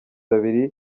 abiri